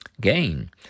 Gain